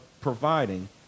providing